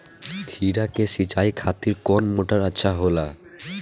खीरा के सिचाई खातिर कौन मोटर अच्छा होला?